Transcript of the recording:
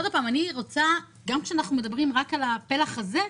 גם כשאנחנו מדברים רק על הפלח הזה,